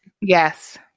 Yes